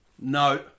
no